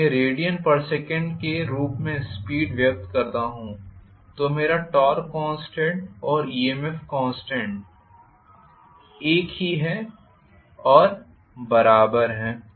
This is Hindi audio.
यदि मैं radsec के रूप में स्पीड व्यक्त करता हूं तो मेरा टॉर्क कॉन्स्टेंट और EMF कॉन्स्टेंट एक ही है और बराबर है